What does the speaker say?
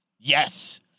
Yes